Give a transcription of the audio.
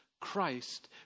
Christ